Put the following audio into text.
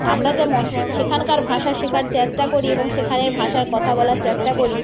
আমরা যেমন সেখানকার ভাষা শেখার চেষ্টা করি এবং সেখানের ভাষায় কথা বলার চেষ্টা করি